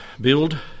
build